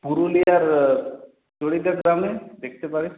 পুরুলিয়ার চরিদা গ্রামে দেখতে পারিস